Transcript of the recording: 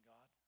God